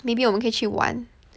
maybe 我们可以去玩